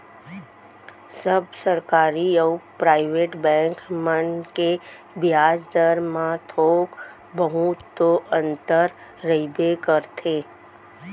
सब सरकारी अउ private bank मन के बियाज दर म थोक बहुत तो अंतर रहिबे करथे